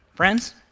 Friends